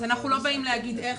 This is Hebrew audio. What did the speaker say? אז אנחנו לא באים להגיד איך,